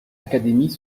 académies